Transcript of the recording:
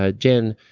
ah jen,